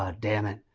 ah damn it.